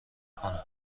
کنم